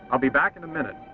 i'll be back in a minute.